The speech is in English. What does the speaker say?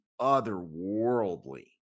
otherworldly